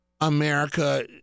America